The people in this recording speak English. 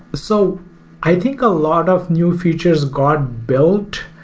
so i think a lot of new features got built.